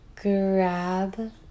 Grab